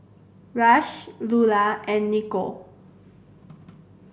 Rush Lulah and Nico